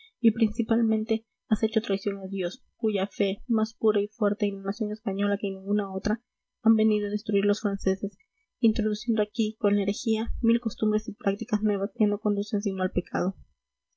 y principalmente has hecho traición a dios cuya fe más pura y fuerte en la nación española que en ninguna otra han venido a destruir los franceses introduciendo aquí con la herejía mil costumbres y prácticas nuevas que no conducen sino al pecado